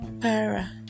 para